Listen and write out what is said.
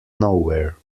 nowhere